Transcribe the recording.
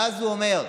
ואז הוא אומר: